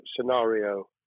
scenario